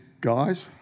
guys